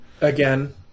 Again